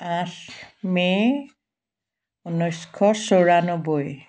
আঠ মে' ঊনৈছশ চৌৰান্নব্বৈ